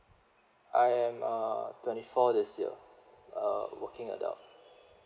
I am uh twenty four this year uh working adult